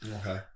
Okay